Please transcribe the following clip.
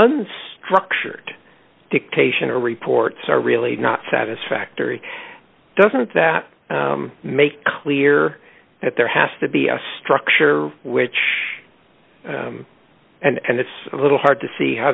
unstructured dictation or reports are really not satisfactory doesn't that make clear that there has to be a structure which and it's a little hard to see how